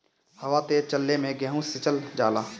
हवा तेज चलले मै गेहू सिचल जाला?